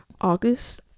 August